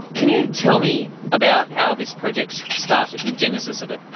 can you tell me about how this project started, the genesis of it?